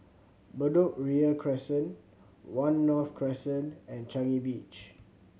Bedok Ria Crescent One North Crescent and Changi Beach